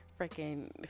freaking